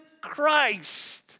Christ